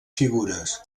figures